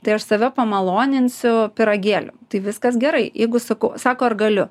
tai aš save pamaloninsiu pyragėliu tai viskas gerai jeigu sakau sako ar galiu